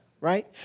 right